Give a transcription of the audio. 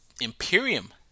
Imperium